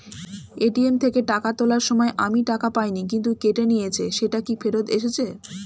ATM থেকে টাকা তোলার সময় আমি টাকা পাইনি কিন্তু কেটে নিয়েছে সেটা কি ফেরত এসেছে?